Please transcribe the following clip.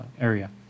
area